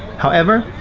however,